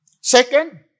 Second